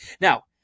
Now